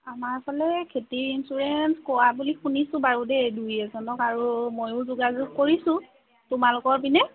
আমাৰফালে এই খেতিৰ ইঞ্চুৰেঞ্চ কৰা বুলি শুনিছোঁ বাৰু দেই দুই এজনক আৰু মইয়ো যোগাযোগ কৰিছোঁ তোমালোকৰ পিনে